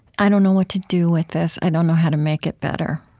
i don't know what to do with this. i don't know how to make it better.